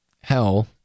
hell